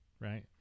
right